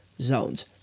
zones